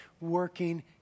working